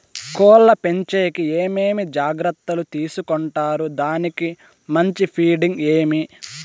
కోళ్ల పెంచేకి ఏమేమి జాగ్రత్తలు తీసుకొంటారు? దానికి మంచి ఫీడింగ్ ఏమి?